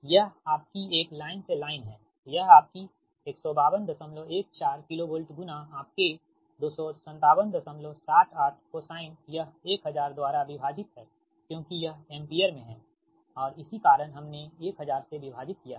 यह आपकी एक लाइन से लाइन है यह आपकी 15214 KV गुणा आपके 25778 कोसाइन यह 1000 द्वारा विभाजित है क्योंकि यह एम्पीयर में है और इसी कारण हमने 1000 से विभाजित किया है